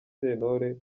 sentore